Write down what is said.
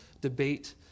debate